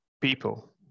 people